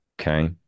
okay